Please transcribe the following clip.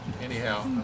anyhow